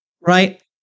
right